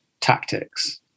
tactics